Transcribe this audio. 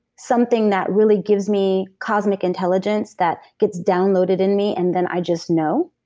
something that really gives me cosmic intelligence, that gets downloaded in me, and then i just know.